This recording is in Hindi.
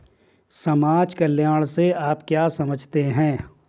समाज कल्याण से आप क्या समझते हैं?